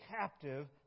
captive